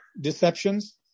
deceptions